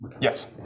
Yes